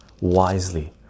wisely